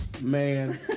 Man